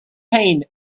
pain